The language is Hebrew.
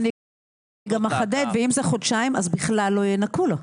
אני אחדד, ואם זה חודשיים אז בכלל לא ינכו לו.